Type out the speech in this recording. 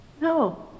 No